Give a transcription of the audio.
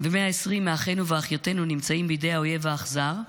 ו-120 אחינו ואחיותינו נמצאים בידי האויב האכזר,